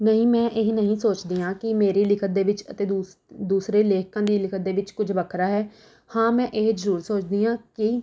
ਨਹੀਂ ਮੈਂ ਇਹ ਨਹੀਂ ਸੋਚਦੀ ਹਾਂ ਕਿ ਮੇਰੀ ਲਿਖਤ ਦੇ ਵਿੱਚ ਅਤੇ ਦੂਸ ਦੂਸਰੇ ਲੇਖਕਾਂ ਦੀ ਲਿਖਤ ਦੇ ਵਿੱਚ ਕੁਝ ਵੱਖਰਾ ਹੈ ਹਾਂ ਮੈਂ ਇਹ ਜ਼ਰੂਰ ਸੋਚਦੀ ਹਾਂ ਕਿ